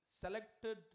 selected